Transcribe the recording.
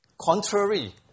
contrary